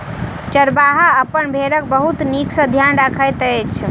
चरवाहा अपन भेड़क बहुत नीक सॅ ध्यान रखैत अछि